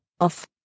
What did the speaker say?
Off